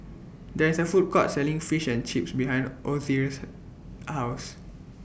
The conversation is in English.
There IS A Food Court Selling Fish and Chips behind Dozier's House